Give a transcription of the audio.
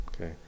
okay